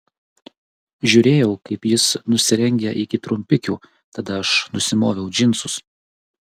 žiūrėjau kaip jis nusirengia iki trumpikių tada aš nusimoviau džinsus